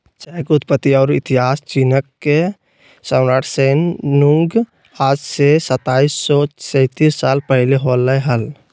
चाय के उत्पत्ति और इतिहासचीनके सम्राटशैन नुंगआज से सताइस सौ सेतीस साल पहले होलय हल